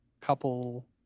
couple